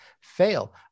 fail